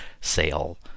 sale